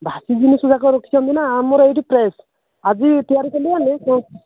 ବାସି ଜିନିଷ ଯାକ ରଖିଛନ୍ତି ନା ଆମର ଏଇଠି ଫ୍ରେସ୍ ଆଜି ତିଆରି କଲି ମାନେ